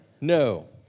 No